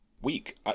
week